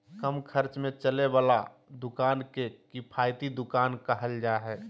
कम खर्च में चले वाला दुकान के किफायती दुकान कहल जा हइ